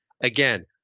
Again